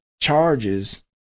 charges